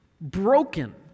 broken